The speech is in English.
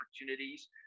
opportunities